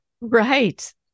Right